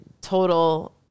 total